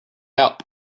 out